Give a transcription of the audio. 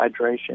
hydration